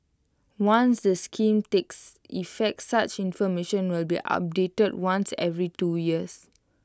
once the scheme takes effect such information will be updated once every two years